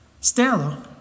Stella